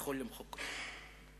יכול למחוק אותה.